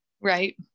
Right